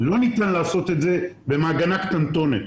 לא ניתן לעשות את זה במעגנה קטנטונת.